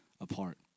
apart